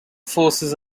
forces